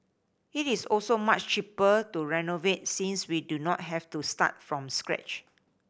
it is also much cheaper to renovate since we do not have to start from scratch